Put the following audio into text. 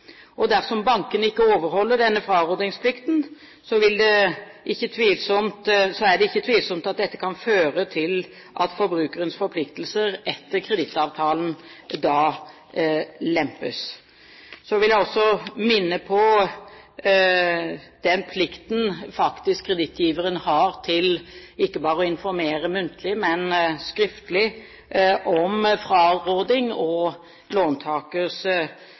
Dersom bankene ikke overholder denne frarådingsplikten, er det ikke tvilsomt at dette kan føre til at forbrukerens forpliktelser etter kredittavtalen lempes. Så vil jeg også minne om den plikten kredittgiveren faktisk har til å informere ikke bare muntlig, men skriftlig om fraråding og låntakers